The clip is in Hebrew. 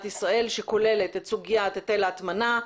ישראל שכוללת את סוגיית היטל ההטמנה,